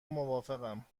موافقم